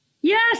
Yes